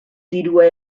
dirua